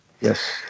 Yes